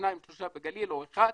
ושניים שלושה בגליל או אחד,